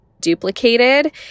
duplicated